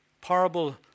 parable